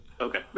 Okay